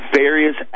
various